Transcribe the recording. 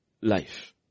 life